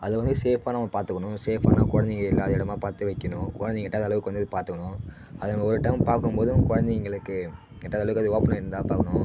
அது வந்து சேஃப்பாக நம்ம பார்த்துக்கணும் சேஃப்பாக நம்ம குழந்தைங்க இல்லாத இடமா பார்த்து வைக்கணும் குழந்தைங்க எட்டாத அளவுக்கு அதை வந்து பார்த்துக்கணும் அது நம்ம ஒரு ஒரு டைம் பார்க்கும் போதும் குழந்தைங்களுக்கு எட்டாத அளவுக்கு அது ஓபன் இருந்தால் பார்க்கணும்